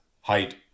height